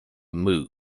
move